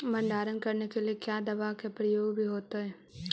भंडारन करने के लिय क्या दाबा के प्रयोग भी होयतय?